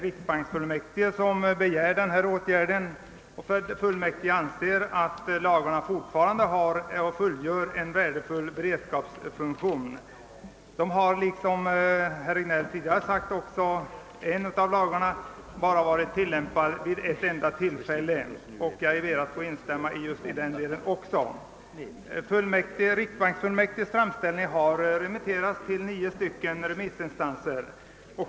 Riksbanksfullmäktige begär enhälligt denna åtgärd och anser att lagarna fortfarande fyller en värdefull beredskapsfunktion. Som herr Regnéll tidigare sagt har en av lagarna bara tillämpats vid ett enda tillfälle. Jag ber att få instämma också i den delen. Riksbanksfullmäktiges framställning har remitterats till nio remissinstanser.